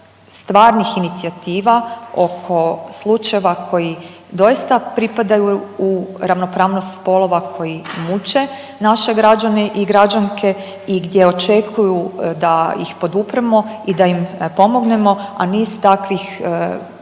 stvarnih inicijativa oko slučajeva koji doista pripadaju u ravnopravnost spolova koji muče naše građane i građanke i gdje očekuju da ih podupremo i da im pomognemo, a niz takvih primjera